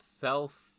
self